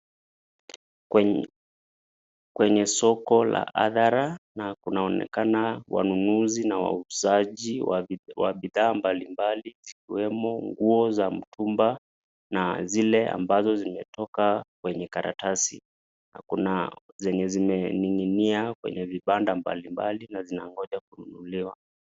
Kwenye soko la hadhara na kunaonekana wanunuzi na wauzaji wa bidhaa mbalimbali zikiwemo nguo za mtumba na zile zimetoka kwenye karatasi na kuna zenye zimeninginia kwenye vipanda mbalimbali na zinangoja kununuliwa.